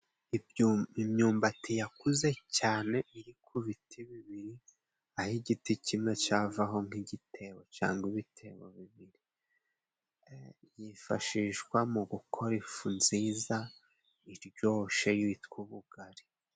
Imyumbati yakuze cyane iri ku biti bibiri aho igiti kimwe cyavaho nk'igitebo cyangwa ibitebo bibiri yifashishwa mu gukora ifu nziza iryoshe yitwa ubugari.